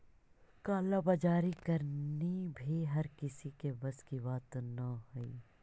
काला बाजारी करनी भी हर किसी के बस की बात न हई